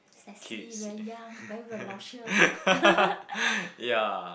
sexy very young very voluptuous